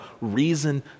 reason